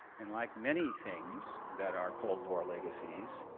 and like many things that our cold war legacy is,